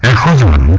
hundred